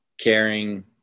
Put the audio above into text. caring